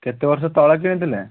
କେତେ ବର୍ଷ ତଳେ କିଣିଥିଲେ